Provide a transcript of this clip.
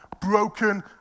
broken